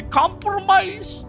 compromise